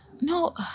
no